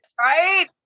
right